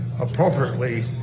appropriately